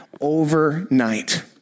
overnight